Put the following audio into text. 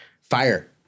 Fire